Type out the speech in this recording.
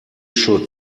should